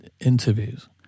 interviews